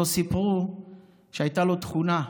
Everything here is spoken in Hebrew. לא סיפרו שהייתה לו תכונה,